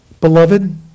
Beloved